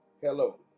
Hello